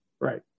right